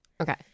Okay